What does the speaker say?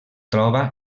troba